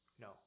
No